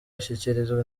ashyikirizwa